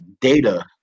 data